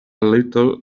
little